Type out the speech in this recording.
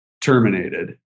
terminated